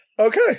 Okay